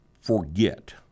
forget